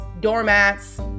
doormats